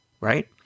Right